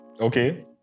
okay